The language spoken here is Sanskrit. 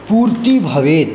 पूर्तिः भवेत्